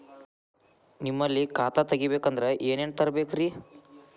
ನಿಮ್ಮಲ್ಲಿ ಖಾತಾ ತೆಗಿಬೇಕಂದ್ರ ಏನೇನ ತರಬೇಕ್ರಿ?